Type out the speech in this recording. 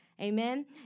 amen